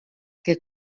que